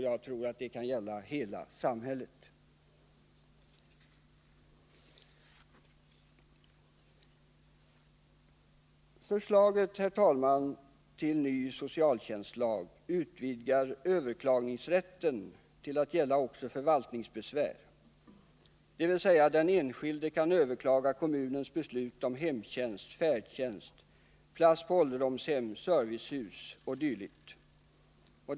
Jag tror att detta kan gälla för hela samhället. Herr talman! I förslaget till ny socialtjänstlag utvidgas överklagningsrätten till att gälla också förvaltningsbesvär. dvs. att den enskilde kan överklaga kommunens beslut om hemtjänst, färdtjänst. plats på ålderdomshem, servicehus o. d.